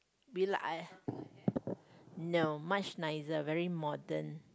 no much nicer very modern